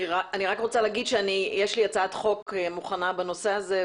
רק רוצה להגיד שיש לי הצעת חוק מוכנה בנושא הזה,